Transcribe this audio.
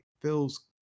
Feels